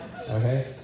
okay